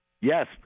Yes